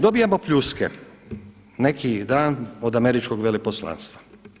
Dobivamo pljuske, neki dan od Američkog veleposlanstva.